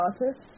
artist